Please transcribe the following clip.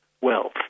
wealth